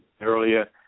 earlier